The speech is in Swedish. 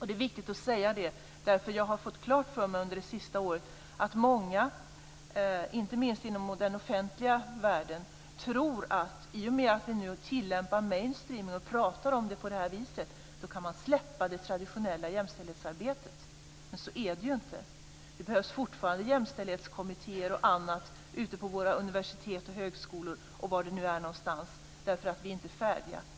Det är viktigt att säga detta, därför att under det senaste året har jag fått klart för mig att många, inte minst inom den offentliga världen, tror att i och med att vi nu tillämpar mainstreaming och talar om det på det här viset, kan man släppa det traditionella jämställdhetsarbetet. Men så är det ju inte. Det behövs fortfarande jämställdhetskommittér och annat ute på våra universitet och högskolor och var det nu kan vara någonstans därför att vi inte är färdiga.